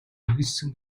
иргэншсэн